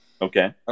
Okay